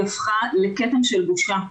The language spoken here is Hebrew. היא הפכה לכתם של בושה.